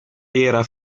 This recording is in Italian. era